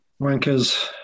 wankers